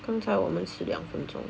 刚才我们是两分钟